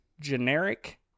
generic